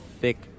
thick